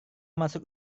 masuk